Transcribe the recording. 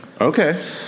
Okay